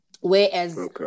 Whereas